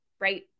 right